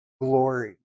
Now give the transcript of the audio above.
glory